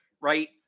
right